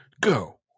go